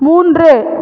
மூன்று